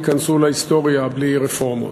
ייכנסו להיסטוריה בלי רפורמות?